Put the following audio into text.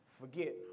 forget